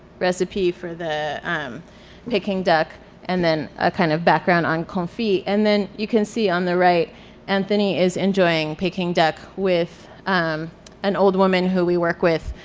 recipe for the um peking duck and then a kind of background on confit and then you can see on the right anthony is enjoying peking duck with an old woman who we work with.